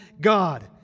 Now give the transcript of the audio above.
God